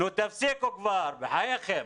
אז תפסיקו כבר, בחייכם,